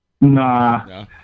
nah